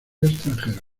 extranjero